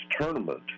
tournament